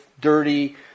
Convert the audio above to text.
dirty